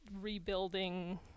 rebuilding